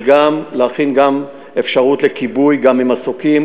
וגם להכין גם אפשרות לכיבוי גם ממסוקים,